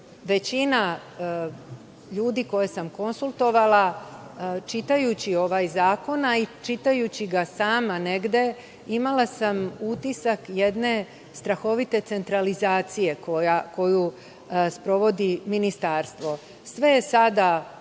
većina ljudi koje sam konsultovala čitajući ovaj zakon, a i čitajući ga sama negde, imala sam utisak jedne strahovite centralizacije koju sprovodi ministarstvo. Sve je sada u